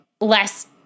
less